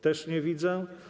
Też nie widzę.